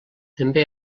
també